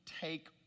take